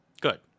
Good